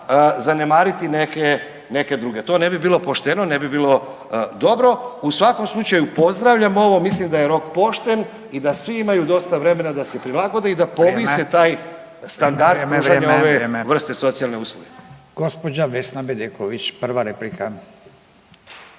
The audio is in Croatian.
zanemariti neke druge, to ne bi bilo pošteno, ne bi bilo dobro. U svakom slučaju pozdravljam ovo, mislim da je rok pošten i da svi imaju dosta vremena da se prilagode i da …/Upadica Radin: Vrijeme./… povise taj standard pružanja ove vrste socijalne usluge. **Radin, Furio